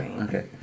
Okay